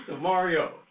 Mario